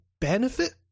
benefit